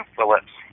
Phillips